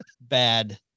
Bad